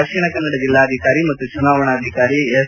ದಕ್ಷಿಣ ಕನ್ನಡ ಜಿಲ್ಲಾಧಿಕಾರಿ ಮತ್ತು ಚುನಾವಣಾಧಿಕಾರಿ ಎಸ್